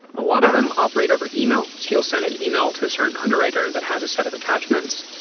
a lot of them operate over email. so you'll send an email to a certain underwriter that has a set of attachments.